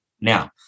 Now